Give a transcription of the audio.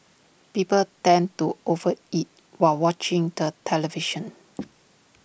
people tend to over eat while watching the television